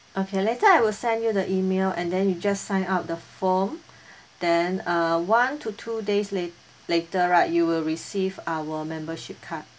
okay later I will send you the email and then you just sign up the form then uh one to two days late later right you will receive our membership card